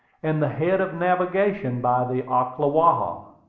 and the head of navigation by the ocklawaha.